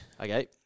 okay